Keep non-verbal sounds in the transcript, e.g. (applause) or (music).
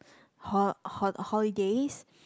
(breath) ho~ ho~ holidays